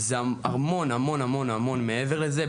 זה המון המון מעבר לזה,